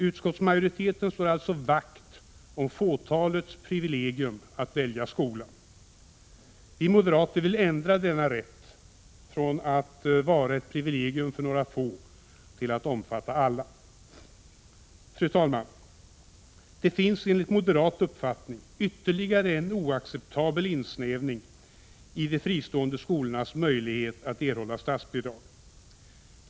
Utskottsmajoriteten slår alltså vakt om fåtalets privilegium att välja skola. Vi moderater vill ändra denna rätt från att vara ett privilegium för några få till att omfatta alla. De finns enligt moderat uppfattning ytterligare en oacceptabel insnävning i de fristående skolornas möjlighet att erhålla statsbidrag.